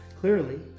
Clearly